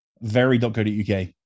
very.co.uk